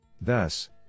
Thus